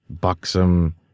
buxom